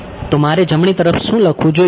તો મારે જમણી તરફ શું લખવું જોઈએ